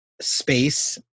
space